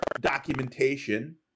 documentation